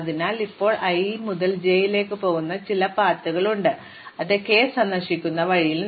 അതിനാൽ നമുക്ക് ഇപ്പോൾ i മുതൽ j ലേക്ക് പോകുന്ന ചില പാതകളുണ്ട് അത് k സന്ദർശിക്കുന്ന വഴിയിലും